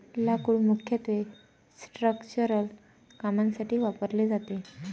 लाकूड मुख्यत्वे स्ट्रक्चरल कामांसाठी वापरले जाते